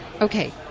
Okay